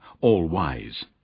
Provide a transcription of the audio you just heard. all-wise